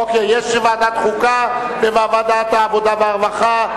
אוקיי, יש ועדת חוקה וועדת העבודה והרווחה.